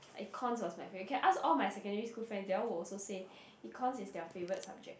Econs was my favourite can ask all my secondary school friends they all will also say Econs is their favourite subject